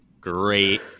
great